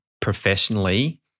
professionally